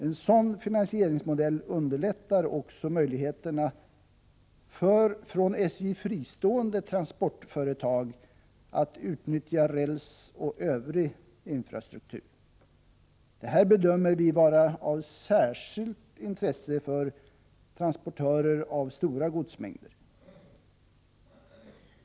En sådan finansieringsmodell underlättar också möjligheterna för från SJ fristående transportföretag att utnyttja räls och övrig infrastruktur. Detta bedömer vi vara av särskilt intresse för transportörer av stora godsmängder.